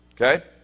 okay